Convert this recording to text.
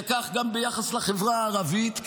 זה כך גם ביחס לחברה הערבית,